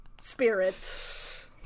spirit